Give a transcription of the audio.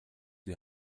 die